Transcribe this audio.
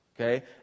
Okay